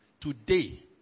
today